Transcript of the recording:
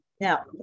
Now